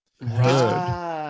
Right